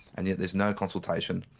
and yet there's no consultation.